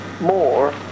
more